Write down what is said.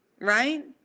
right